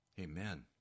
Amen